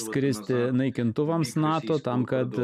skristi naikintuvams nato tam kad